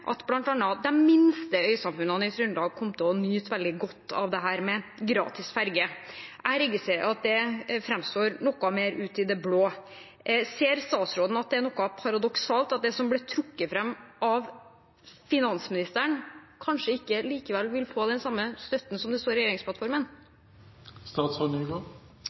at bl.a. de minste øysamfunnene i Trøndelag kom til å nyte veldig godt av dette med gratis ferge. Jeg registrerer at det framstår noe mer ut i det blå. Ser statsråden at det er noe paradoksalt at det som ble trukket fram av finansministeren, kanskje ikke likevel vil få den støtten som det står om i